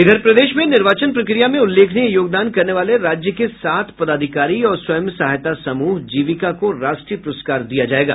इधर प्रदेश में निर्वाचन प्रक्रिया में उल्लेखनीय योगदान करने वाले राज्य के सात पदाधिकारी और स्वयं सहायता समूह जीविका को राष्ट्रीय पुरस्कार दिया जायेगा